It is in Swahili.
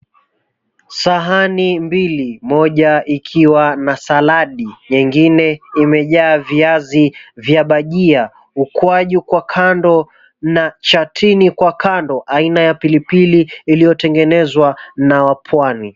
Sahani mbili, moja ikiwa na saladi nyingine imejaa viazi vya bajia, ukwaju kwa kando na shatini kwa kando, aina ya pilipili iliyo tengenezwa na wapwani.